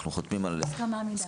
אנחנו חותמים על הסכמה,